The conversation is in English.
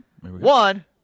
One